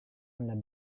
anda